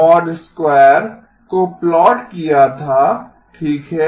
2 को प्लॉट किया था ठीक है